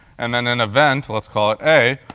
and then an event, let's call it a,